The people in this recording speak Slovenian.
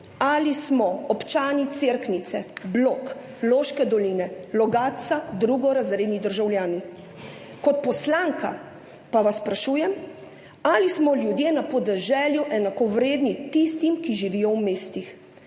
Ali smo občani Cerknice, Blok, Loške doline, Logatca drugorazredni državljani? Kot poslanka pa vas sprašujem: Ali smo ljudje na podeželju enakovredni tistim, ki živijo v mestih?